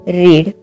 read